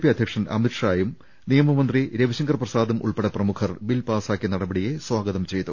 P അധ്യക്ഷൻ അമിത്ഷായും നിയമമന്ത്രി രവി ശങ്കർ പ്രസാദും ഉൾപ്പെടെ പ്രമുഖർ ബിൽ പാസ്സാക്കിയ നടപ ടിയെ സ്വാഗതം ചെയ്തു